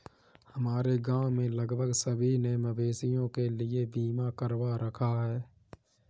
हमारे गांव में लगभग सभी ने मवेशियों के लिए बीमा करवा रखा है